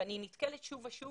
ואני נתקלת שוב ושוב